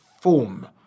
form